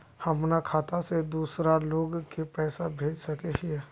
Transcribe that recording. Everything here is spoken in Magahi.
हम अपना खाता से दूसरा लोग के पैसा भेज सके हिये?